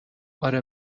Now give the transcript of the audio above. اره